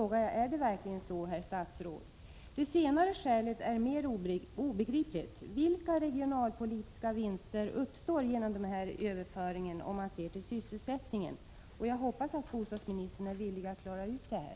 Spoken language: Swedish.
Är det verkligen så, herr statsråd? Det senare skälet är mer svårbegripligt. Vilka regionalpolitiska vinster uppstår genom den här överföringen, om man ser till sysselsättningen? Jag hoppas att bostadsministern är villig att klara ut det här.